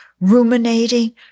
ruminating